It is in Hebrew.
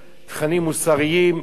ייחודיים, יהודיים,